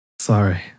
sorry